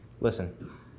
Listen